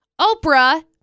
Oprah